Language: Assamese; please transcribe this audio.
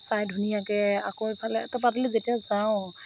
চাই ধুনীয়াকৈ আকৌ এইফালে তপাতলীত যেতিয়া যাওঁ